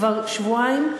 כבר שבועיים,